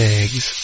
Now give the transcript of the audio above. eggs